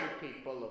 people